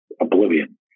oblivion